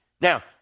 now